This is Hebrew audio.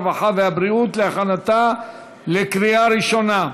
הרווחה והבריאות להכנתה לקריאה ראשונה.